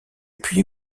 puis